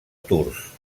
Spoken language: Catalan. tours